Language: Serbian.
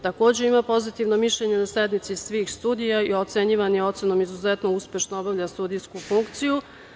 Takođe ima pozitivno mišljenje na sednici svih studija i ocenjivan je ocenom „izuzetno uspešno obavlja sudijsku funkciju“